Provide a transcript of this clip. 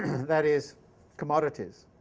that is commodities,